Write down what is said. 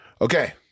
Okay